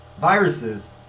viruses